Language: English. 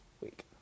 week